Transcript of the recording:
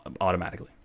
automatically